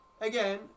again